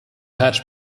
hatch